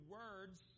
words